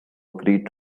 agreed